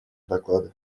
доклада